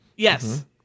Yes